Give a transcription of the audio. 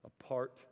Apart